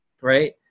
right